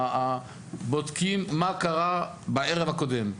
בודקים מה קרה בערב הקודם.